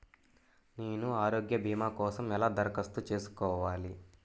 నేను ఆరోగ్య భీమా కోసం ఎలా దరఖాస్తు చేసుకోవాలి?